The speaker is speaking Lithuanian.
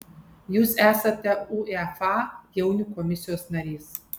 jūs esate uefa jaunių komisijos narys